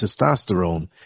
testosterone